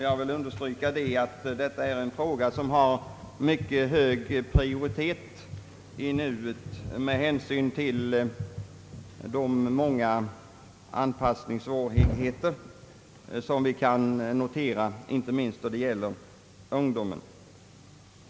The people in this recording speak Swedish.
Jag vill understryka att det gäller en fråga, som har mycket hög prioritet i nuet med hänsyn till de många anpassningssvårigheter som vi kan notera, inte minst då det gäller ungdomen.